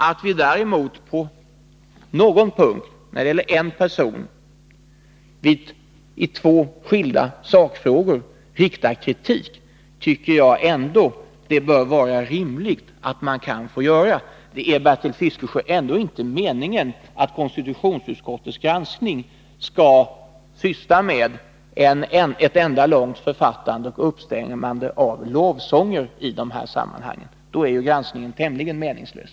Det bör då emellertid vara rimligt att vi får rikta kritik mot en person i två skilda delfrågor. Det är, Bertil Fiskesjö, ändå inte meningen att konstitutionsutskottets granskning skall innebära ett uppstämmande av lovsånger. Då är granskningen tämligen meningslös.